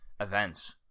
events